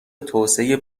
توسعه